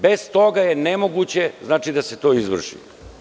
Bez toga je nemoguće da se to izvrši.